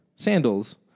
Sandals